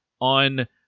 on